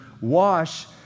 wash